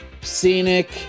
scenic